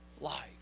life